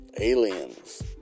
Aliens